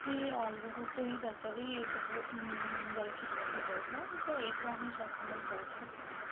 କି ଅଲଗା ସବୁ ପୁରୀ ତରକାରୀ ଏହିସବୁ ଜଳଖିଆରେ ମଧ୍ୟ ଯାଇଥାଏ ତ ଏହିସବୁ ଆମେ ସକାଳେ ଜଳଖିଆରେ ଖାଇଥାଉ